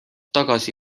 tagasi